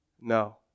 No